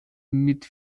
mit